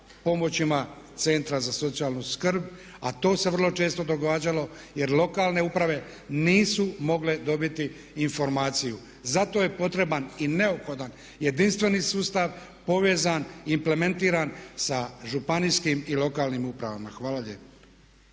pomoćima centra za socijalnu skrb a to se vrlo često događalo jer lokalne uprave nisu mogle dobiti informaciju. Zato je potreban i neophodan jedinstveni sustav povezan, implementiran sa županijskim i lokalnim upravama. Hvala lijepa.